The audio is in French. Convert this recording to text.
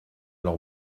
leur